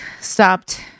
stopped